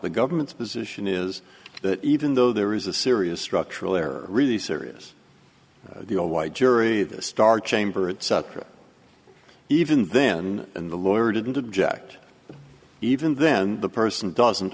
the government's position is that even though there is a serious structural or really serious the all white jury the star chamber at sucker even then in the lawyer didn't object even then the person doesn't